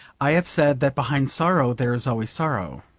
i have said that behind sorrow there is always sorrow.